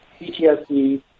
PTSD